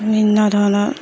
বিভিন্ন ধৰণৰ